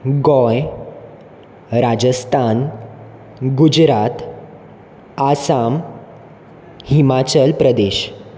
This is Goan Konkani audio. गोंय राजस्थान गुजरात आसाम हिमाचल प्रदेश